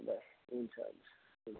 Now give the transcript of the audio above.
ल हुन्छ हुन्छ